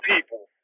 people